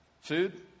Food